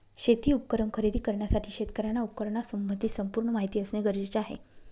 शेती उपकरण खरेदी करण्यासाठी शेतकऱ्याला उपकरणासंबंधी संपूर्ण माहिती असणे गरजेचे आहे